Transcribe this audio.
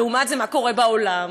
לעומת זאת, מה קורה בעולם?